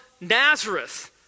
Nazareth